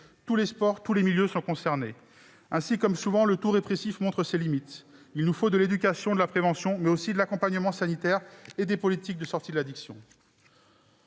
Tous les sports, tous les milieux, sont concernés. Ainsi, comme souvent, le tout-répressif montre-t-il ses limites. Il nous faut de l'éducation, de la prévention, mais aussi de l'accompagnement sanitaire, et des politiques de sortie de l'addiction.